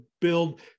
build